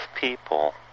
people